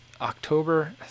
october